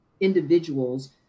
individuals